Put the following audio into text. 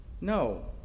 No